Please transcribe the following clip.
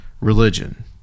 religion